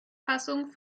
fassung